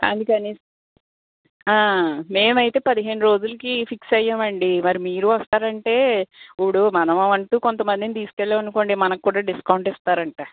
అందుకని మేమైతే పదిహేను రోజులకి ఫిక్స్ అయ్యాము అండి మరి మీరు వస్తారంటే ఇప్పుడు మనం అంటూ కొంత మందిని తీసుకెళ్ళాము అనుకోండి మనకి కూడా డిస్కౌంట్ ఇస్తారట